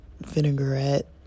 vinaigrette